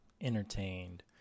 entertained